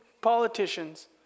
politicians